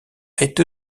été